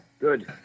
good